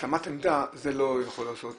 התאמת עמדה זה לא יכול לעשות